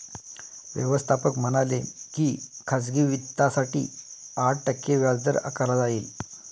व्यवस्थापक म्हणाले की खाजगी वित्तासाठी आठ टक्के व्याजदर आकारला जाईल